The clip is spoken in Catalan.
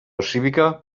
cívica